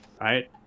Right